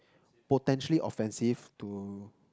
potentially offensive to